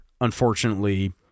Unfortunately